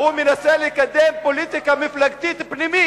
לא ירתיעו אותנו מליצור קשר עם העולם הערבי שאליו אנחנו שייכים.